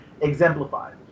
exemplified